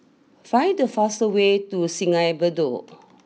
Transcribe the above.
find the fastest way to Sungei Bedok